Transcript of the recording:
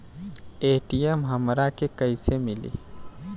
ATM हमरा के कइसे मिली?